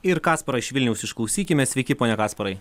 ir kasparą iš vilniaus išklausykime sveiki pone kasparai